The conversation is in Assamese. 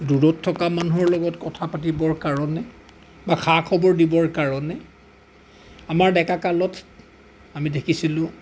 দূৰত থকা মানুহৰ লগত কথা পাতিবৰ কাৰণে বা খা খবৰ দিবৰ কাৰণে আমাৰ ডেকা কালত আমি দেখিছিলোঁ